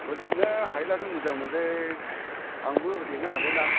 होदेरनो हायोब्लाथ' मोजांमोनलै आंबो होदेरनो हालियाना